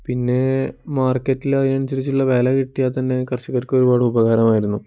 പിന്നേ മാർക്കറ്റിൽ അതിനനുസരിച്ചുള്ള വില കിട്ടിയാൽത്തന്നെ കർഷകർക്ക് ഒരുപാട് ഉപകാരമായിരുന്നു